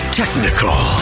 technical